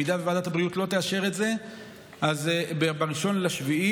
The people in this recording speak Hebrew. אם ועדת הבריאות לא תאשר את זה ב-1 ביולי,